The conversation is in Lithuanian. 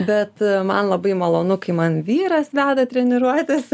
bet man labai malonu kai man vyras veda treniruotes